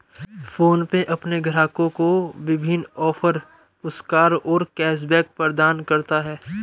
PhonePe अपने ग्राहकों को विभिन्न ऑफ़र, पुरस्कार और कैश बैक प्रदान करता है